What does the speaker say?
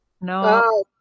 No